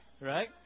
Right